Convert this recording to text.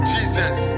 Jesus